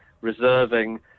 reserving